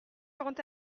quant